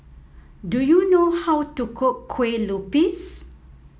do you know how to cook Kueh Lupis